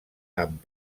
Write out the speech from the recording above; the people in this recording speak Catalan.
amb